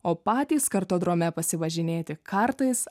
o patys kartodrome pasivažinėti kartais